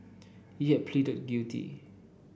he had pleaded guilty